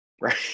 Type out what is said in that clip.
right